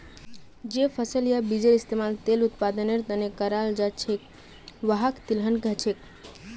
जे फसल या बीजेर इस्तमाल तेल उत्पादनेर त न कराल जा छेक वहाक तिलहन कह छेक